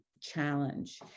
challenge